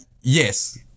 yes